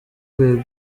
kugeza